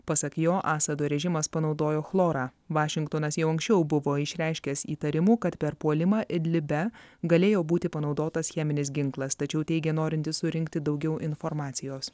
pasak jo asado režimas panaudojo chlorą vašingtonas jau anksčiau buvo išreiškęs įtarimų kad per puolimą idlibe galėjo būti panaudotas cheminis ginklas tačiau teigė norinti surinkti daugiau informacijos